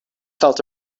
felt